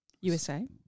USA